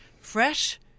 Fresh